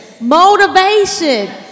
motivation